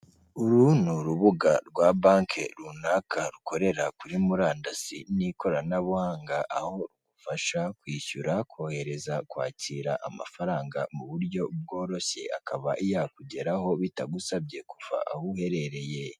Uru ni urubuga rwa banki runaka, rukorera kuri murandasi n'ikoranabuhanga, aho rugufasha kwishyura, kohereza, kwakira amafaranga mu buryo bworoshye, akaba yakugeraho bitagusabye kuva aho uherereye.